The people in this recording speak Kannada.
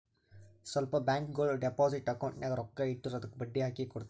ಸ್ವಲ್ಪ ಬ್ಯಾಂಕ್ಗೋಳು ಡೆಪೋಸಿಟ್ ಅಕೌಂಟ್ ನಾಗ್ ರೊಕ್ಕಾ ಇಟ್ಟುರ್ ಅದ್ದುಕ ಬಡ್ಡಿ ಹಾಕಿ ಕೊಡ್ತಾರ್